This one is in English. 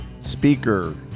speaker